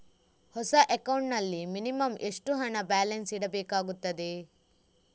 ಹೊಸ ಅಕೌಂಟ್ ನಲ್ಲಿ ಮಿನಿಮಂ ಎಷ್ಟು ಹಣ ಬ್ಯಾಲೆನ್ಸ್ ಇಡಬೇಕಾಗುತ್ತದೆ?